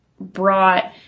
brought